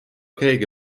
keegi